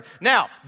Now